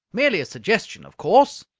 merely a suggestion, of course,